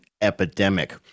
epidemic